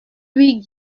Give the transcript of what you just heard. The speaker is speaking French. louis